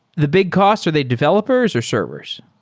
the big cost, are they developers or servers?